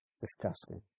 Disgusting